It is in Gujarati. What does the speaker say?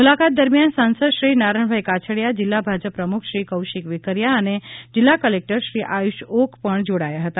મુલાકાત દરમિયાન સાંસદ શ્રી નારણભાઇ કાછડીયા જિલ્લા ભાજપ પ્રમુખ શ્રી કૌશિક વેકરીયા અને જિલ્લા કલેક્ટર શ્રી આયુષ ઓક પણ જોડાયા હતા